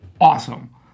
awesome